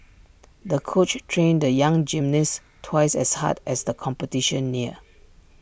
the coach trained the young gymnast twice as hard as the competition neared